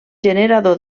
generador